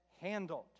handled